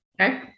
Okay